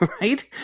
right